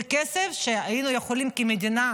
זה כסף שהיינו יכולים כמדינה